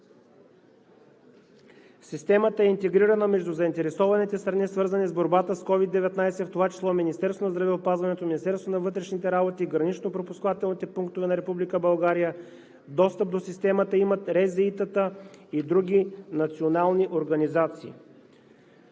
Системата е интегрирана между заинтересованите страни, свързани с борбата с COVID-19, в това число Министерството на здравеопазването, Министерството на вътрешните работи, гранично-пропускателните пунктове на Република България. Достъп до системата имат РЗИ-тата и други национални организации.